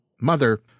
Mother